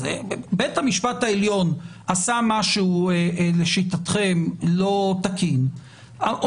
אם בית המשפט העליון עשה משהו שהוא לא תקין מבחינתכם,